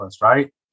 right